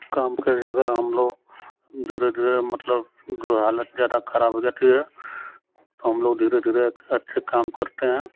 काम के जगह हम लोग धीरे धीरे मतलब जो हालत जादा खराब हो जाती है तो हम लोग धीरे धीरे अच्छे काम करते हैं